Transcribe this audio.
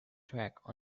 track